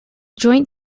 joint